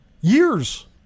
Years